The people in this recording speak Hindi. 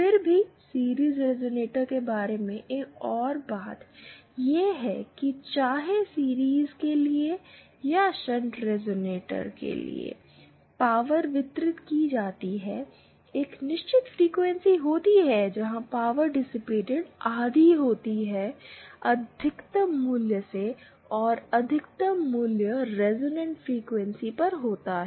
फिर भी सीरिज़ रिजोनेटर के बारे में एक और बात यह है कि चाहे सीरिज़ के लिए या शंट रिजोनेटर के लिए पावर वितरित की जाती है एक निश्चित फ्रीक्वेंसी होती है जहां पावर डिसिपेटेड आधी होती है अधिकतम मूल्य से और अधिकतम मूल्य रिजोनेंट फ्रीक्वेंसी पर होता है